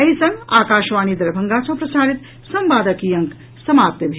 एहि संग आकाशवाणी दरभंगा सँ प्रसारित संवादक ई अंक समाप्त भेल